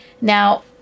Now